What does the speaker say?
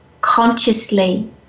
consciously